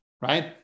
right